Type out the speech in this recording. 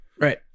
right